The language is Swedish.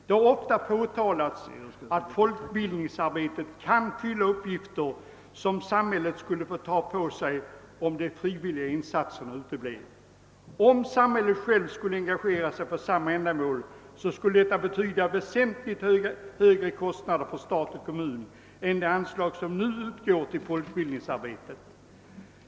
Det har ofta påtalats att folkbildningsarbetet kan fylla uppgifter som samhället skulle få ta på sig om de frivilliga insatserna utebleve. Om samhället självt skulle engagera sig för samma ändamål skulle det betyda väsentligt högre kostnader för stat och kommun än de anslag som nu utgår till folkbildningsarbetet.